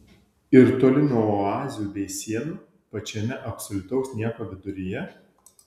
ir toli nuo oazių bei sienų pačiame absoliutaus nieko viduryje